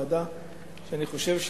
אני מודה לך,